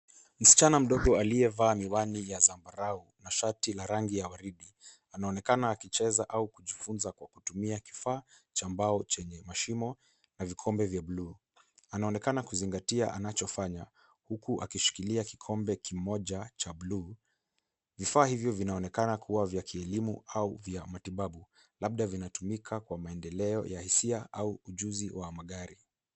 Msichana mdogo aliyevaa miwani ya zambarau na shati la rangi ya waridi anaonekana akicheza au kujifunza kwa kutumia kifaa cha mbao chenye mashimo na vikombe vya buluu. Anaonekana kuzingatia anachofanya huku akishikilia kikombe kimoja cha buluu. Vifaa hivyo vinaonekana kuwa vya kielimu au vya matibabu, labda vinatumika kwa maendeleo ya hisia au ujuzi wa magari.